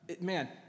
man